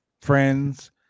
friends